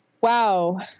wow